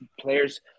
players